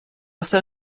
все